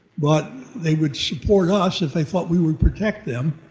but they would support us if they thought we would protect them.